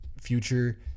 future